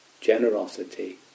generosity